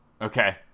Okay